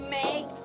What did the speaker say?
make